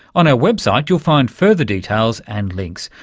on our website you'll find further details and links.